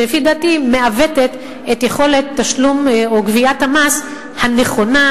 שלפי דעתי מעוותת את יכולת התשלום או גביית המס הנכונה,